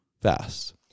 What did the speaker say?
fast